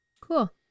cool